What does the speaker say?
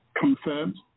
confirmed